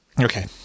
Okay